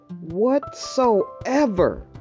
whatsoever